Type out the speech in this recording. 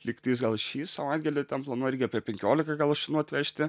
lygtais gal šį savaitgalį ten planuoja irgi apie penkiolika gal šunų atvežti